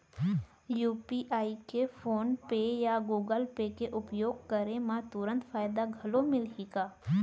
UPI के PhonePe या Google Pay के उपयोग करे म तुरंत फायदा घलो मिलही का?